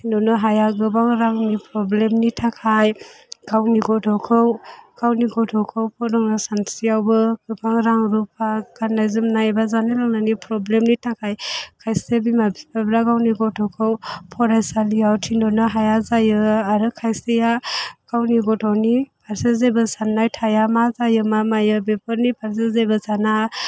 थिनहरनो हाया गोबां रांनि प्रब्लेमनि थाखाय गावनि गथ'खौ गावनि गथ'खौ फोरोंनो सानसेआवबो गोबां रां रुफा गाननाय जोमनाय बा जानाय लोंनायनि प्रब्लेमनि थाखाय खायसे बिमा बिफाफ्रा गावनि गथ'खौ फरायसालियाव थिनहरनो हाया जायो आरो खायसेआ गावनि गथ'निफारसे जेबो साननाय थाया मा जायो मा मायो बेफोरनि फारसे जेबो साना